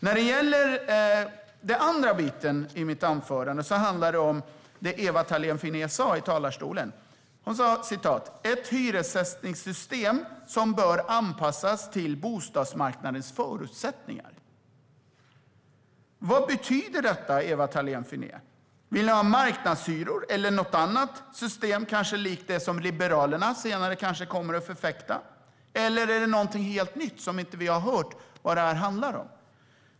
När det gäller den andra biten i mitt anförande handlar det om det Ewa Thalén Finné sa i talarstolen. Hon sa att hyressättningssystemet bör anpassas till bostadsmarknadens förutsättningar. Vad betyder det, Ewa Thalén Finné? Vill ni ha marknadshyror eller något annat system, kanske likt det som Liberalerna senare eventuellt kommer att förfäkta? Eller gäller det något helt nytt, som vi inte har hört vad det handlar om?